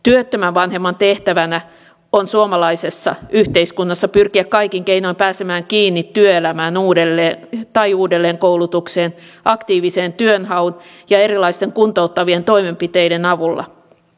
työttömän vanhemman tehtävänä on suomalaisessa yhteiskunnassa pyrkiä kaikin keinoin pääsemään kiinni uudelleen työelämään tai uudelleenkoulutukseen aktiivisen työnhaun ja erilaisten kuntouttavien toimenpiteiden avulla